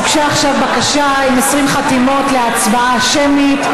הוגשה עכשיו בקשה עם 20 חתימות להצבעה שמית.